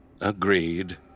Agreed